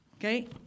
Okay